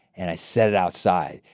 and i set it outside.